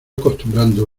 acostumbrando